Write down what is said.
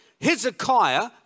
Hezekiah